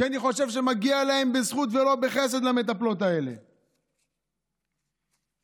כי אני חושב שמגיע למטפלות האלה בזכות ולא בחסד.